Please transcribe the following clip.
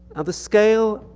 of the scale,